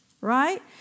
Right